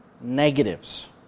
negatives